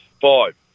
Five